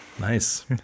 Nice